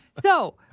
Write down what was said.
So-